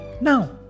Now